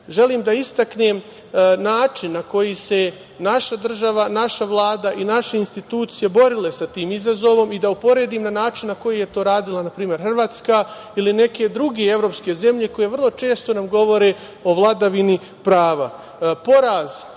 Želim da istaknem način na koji su se naša država, naša Vlada i naše institucije borile sa tim izazovom i da uporedim način na koji je to radila, na primer, Hrvatska ili neke druge evropske zemlje koje vrlo često nam govore o vladavini prava. Poraz